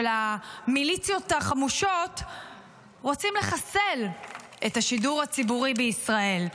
המליציות החמושות רוצים לחסל את השידור הציבורי בישראל.